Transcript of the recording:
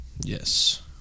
Yes